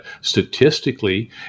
statistically